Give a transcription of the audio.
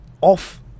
off